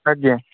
ଆଜ୍ଞା